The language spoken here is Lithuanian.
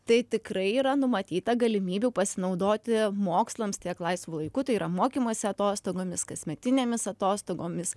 tai tikrai yra numatyta galimybių pasinaudoti mokslams tiek laisvu laiku tai yra mokymosi atostogomis kasmetinėmis atostogomis